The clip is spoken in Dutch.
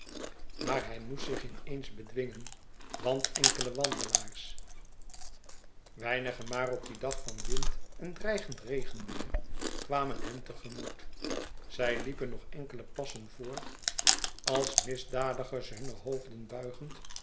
maar hij moest zich in eens bedwingen want enkele wandelaars weinige maar op dien dag van wind en dreigend regenweêr kwamen hen te gemoet zij liepen nog enkele passen voort als misdadigers hunne hoofden buigend